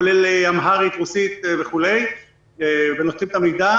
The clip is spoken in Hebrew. כולל אמהרית, רוסית וכולי, ונותנים את המידע.